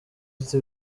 afite